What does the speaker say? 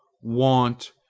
want,